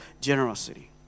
generosity